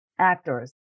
actors